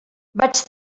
vaig